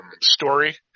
story